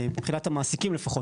מבחינת המעסיקים לפחות,